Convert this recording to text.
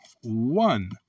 one